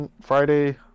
Friday